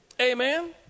amen